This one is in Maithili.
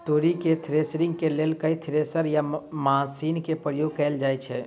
तोरी केँ थ्रेसरिंग केँ लेल केँ थ्रेसर या मशीन केँ प्रयोग कैल जाएँ छैय?